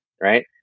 right